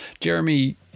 Jeremy